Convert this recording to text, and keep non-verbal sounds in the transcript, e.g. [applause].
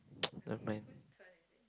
[noise] never mind